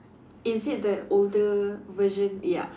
is it the older version ya